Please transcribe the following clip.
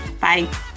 Bye